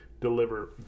deliver